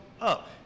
up